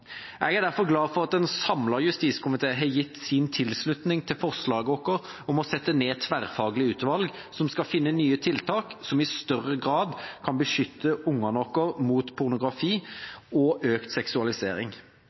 Jeg er derfor glad for at en samlet justiskomité har gitt sin tilslutning til forslaget vårt om å sette ned et tverrfaglig utvalg, som skal finne nye tiltak som i større grad kan beskytte barna våre mot pornografi og økt seksualisering.